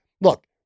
look